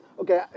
okay